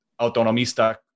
autonomista